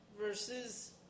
versus